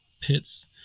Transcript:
pits